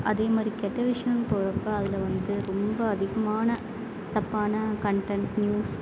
அதே மாதிரி கெட்ட விஷயோன்னு போகிறப்ப அதில் வந்து ரொம்ப அதிகமான தப்பான கன்டென்ட் நியூஸ்